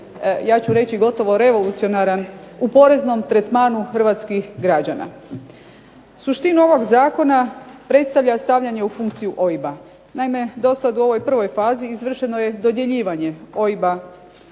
ja ću reći gotovo revolucionaran u poreznom tretmanu hrvatskih građana. Suštinu ovog zakona predstavlja stavljanje u funkciju OIB-a. Naime dosad u ovoj prvoj fazi izvršeno je dodjeljivanje OIB-a